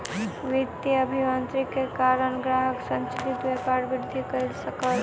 वित्तीय अभियांत्रिकी के कारण ग्राहक संचालित व्यापार वृद्धि कय सकल